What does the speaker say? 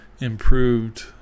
improved